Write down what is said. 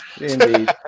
Indeed